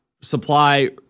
supply